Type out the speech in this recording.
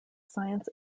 science